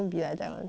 right